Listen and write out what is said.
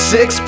Six